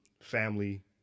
family